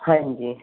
ਹਾਂਜੀ